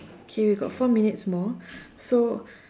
okay we got four minutes more so